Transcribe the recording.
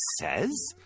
says